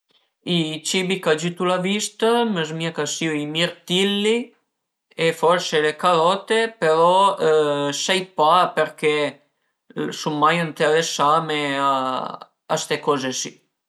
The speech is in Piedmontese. I cibi ch'agiütu la vista a m'ëzmìa ch'a sìu i mirtilli e forsi le carote però sai pa përché sun mai ënteresame a ste coze si